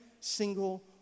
single